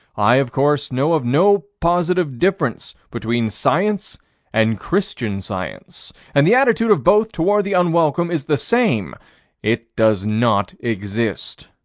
i of course know of no positive difference between science and christian science and the attitude of both toward the unwelcome is the same it does not exist.